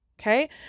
Okay